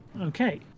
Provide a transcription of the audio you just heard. Okay